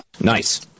Nice